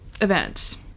events